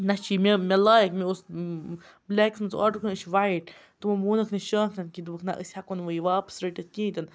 نہ چھِ یہِ مےٚ مےٚ لایَق مےٚ اوس بٕلیکَس منٛز آرڈر کوٚرمُت یہِ چھِ وایِٹ تِمو مونُکھ نہٕ کِہیٖنۍ دوٚپُکھ نہ أسۍ ہٮ۪کو نہٕ وۄنۍ یہِ واپَس رٔٹِتھ کِہیٖنۍ تہِ نہٕ